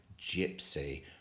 Gypsy